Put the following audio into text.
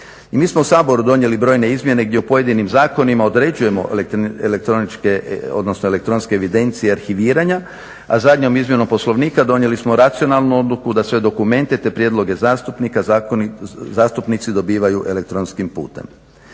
mi smo u Saboru donijeli brojne izmjene gdje u pojedinim zakonima određujemo elektroničke, odnosno elektronske evidencije arhiviranja, a zadnjom izmjenom Poslovnika donijeli smo racionalnu odluku da sve dokumente te prijedloge zastupnika zastupnici dobivaju elektronskim putem.